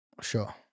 Sure